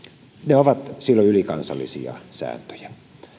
ne ovat silloin ylikansallisia sääntöjä